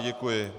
Děkuji.